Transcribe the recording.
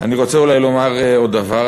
אני רוצה אולי לומר עוד דבר.